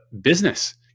business